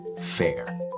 FAIR